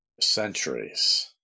centuries